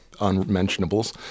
unmentionables